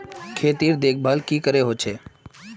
खेतीर देखभल की करे होचे?